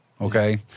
Okay